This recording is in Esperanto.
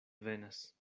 venas